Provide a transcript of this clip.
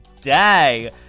day